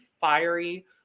fiery